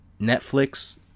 Netflix